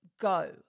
go